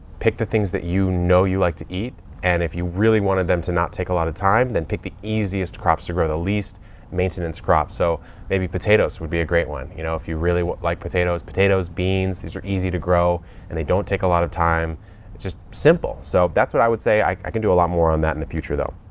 pick the things that you know you like to eat. and if you really wanted them to not take a lot of time, then pick the easiest crops to grow, the least maintenance crops. so maybe potatoes would be a great one. you know, if you really like potatoes, potatoes, beans, those are easy to grow and they don't take a lot of time. it's just simple. so that's what i would say. i can do a lot more on that in the future though.